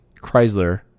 Chrysler